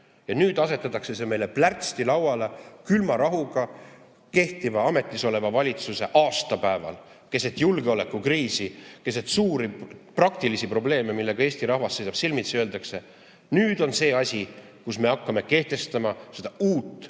Nüüd asetatakse see meile plärtsti lauale, külma rahuga, ametisoleva valitsuse aastapäeval, keset julgeolekukriisi, keset suuri praktilisi probleeme, millega Eesti rahvas silmitsi seisab, ja öeldakse: "Nüüd on see asi: me hakkame kehtestama seda uut